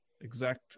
exact